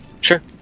Sure